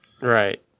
right